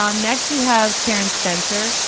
um next we have karen spencer.